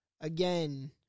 Again